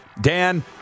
Dan